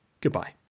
goodbye